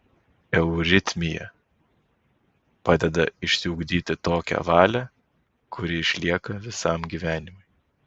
euritmija padeda išsiugdyti tokią valią kuri išlieka visam gyvenimui